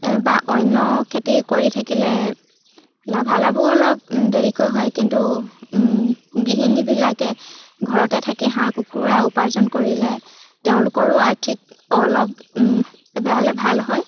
বা অন্য খেতি কৰি থাকিলে লাভালাভো অলপ দেৰিকৈ হয় কিন্তু গৃহিণীবিলাকে ঘৰতে থাকি হাঁহ কুকুৰা উপাৰ্জন কৰিলে তেওঁলোকৰো আৰ্থিক অলপ এবাৰ হ'লে ভাল হয়